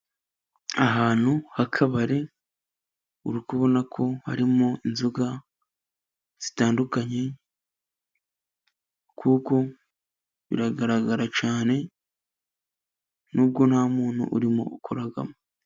Ahantu h'akabare, uri ukubona ko harimo inzoga zitandukanye ,kuko biragaragara cyane nubwo nta muntu urimo ukoramo.